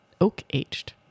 oak-aged